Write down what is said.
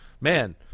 man